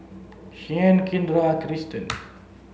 Shianne Kindra and Kristian